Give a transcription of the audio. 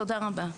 תודה רבה.